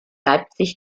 leipzig